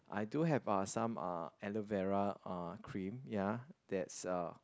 I do have uh some uh aloe vera uh cream ya that's uh